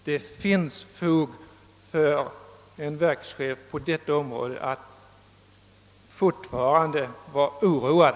Det finns fog för en verkschef på detta område att fortfarande vara oroad.